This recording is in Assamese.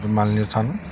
মালিনী থান